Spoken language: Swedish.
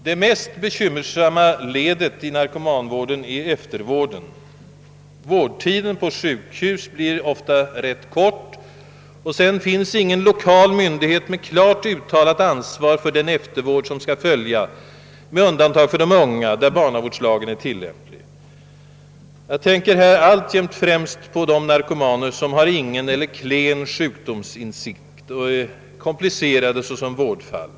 Det mest bekymmersamma ledet i narzomanvården är eftervården. Vårdtiden på sjukhus blir ofta rätt kort, och sedan finns alltså ingen lokal myndighet med klart uttalat ansvar för den eftervård som kan behövas, med undantag för eftervård av de unga, där barnavårdslagen är tillämplig. Jag tänker där alltjämt främst på de narkomaner som har ingen eller klen sjukdomsinsikt och är komplicerade såsom vårdfall.